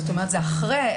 זאת אומרת, זה אחרי.